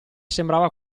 sembrava